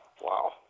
Wow